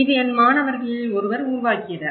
இது என் மாணவர்களில் ஒருவர் உருவாக்கியது